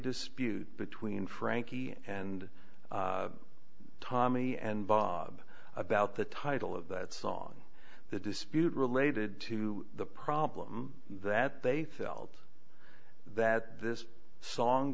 dispute between frankie and tommy and bob about the title of that song the dispute related to the problem that they sell that this song